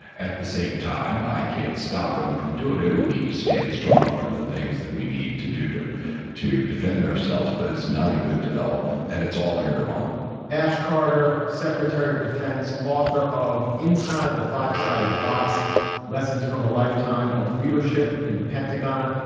at the same time i can't stop him from doing it. we need to stand strong for the things that we need to do to to defend ourselves. but it's not a good development and it's all erdogan ash carter secretary of defense author of inside the five sided box lessons from a lifetime of leadership in the pentagon.